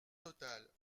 totale